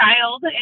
child